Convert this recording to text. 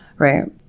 Right